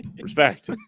Respect